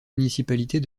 municipalités